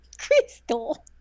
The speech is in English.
crystal